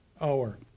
hour